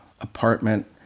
apartment